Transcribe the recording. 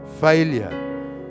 failure